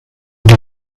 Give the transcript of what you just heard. die